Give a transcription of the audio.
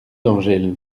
d’angèle